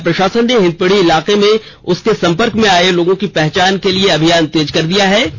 जिला प्रशासन ने हिन्दीपीढी इलाके में उसके सम्पर्क में आए लोगों की पहचान के लिए अभियान तेज कर दिया है